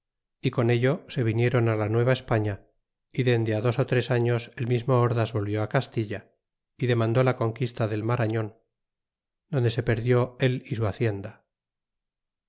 y con ello se vinieron la nueva españa y dende dos ó tres años el mismo ordas volvió castilla y demandó la conquista del marañon donde se perdió él y su hacienda